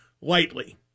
lightly